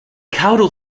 caudal